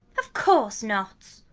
of course not.